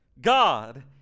God